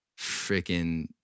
freaking